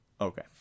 okay